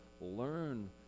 learn